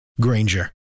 Granger